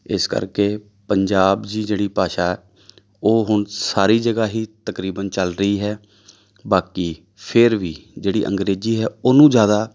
ਇਸ ਕਰਕੇ ਪੰਜਾਬ ਦੀ ਜਿਹੜੀ ਭਾਸ਼ਾ ਉਹ ਹੁਣ ਸਾਰੀ ਜਗ੍ਹਾ ਹੀ ਤਕਰੀਬਨ ਚੱਲ ਰਹੀ ਹੈ ਬਾਕੀ ਫਿਰ ਵੀ ਜਿਹੜੀ ਅੰਗਰੇਜ਼ੀ ਹੈ ਉਹਨੂੰ ਜ਼ਿਆਦਾ